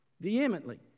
vehemently